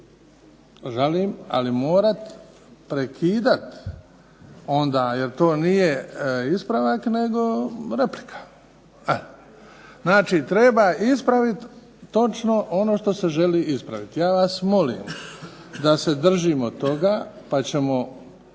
žalim ali morati prekidati onda jer to nije ispravak nego replika. Znači, treba ispraviti točno ono što se želi ispraviti. Ja vas molim da se držimo toga pa ćemo